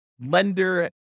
lender